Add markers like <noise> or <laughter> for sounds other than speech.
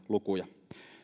<unintelligible> lukuja